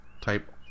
type